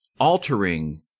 altering